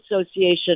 Association